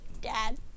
Dad